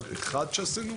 שעשינו.